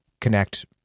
connect